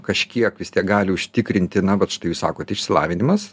kažkiek vis tiek gali užtikrinti na vat štai jūs sakote išsilavinimas